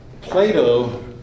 Plato